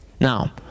Now